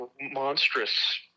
monstrous